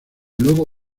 luego